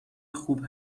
خوب